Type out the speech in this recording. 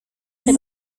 près